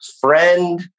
friend